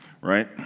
right